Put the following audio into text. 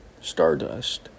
stardust